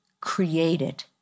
created